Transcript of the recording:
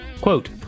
quote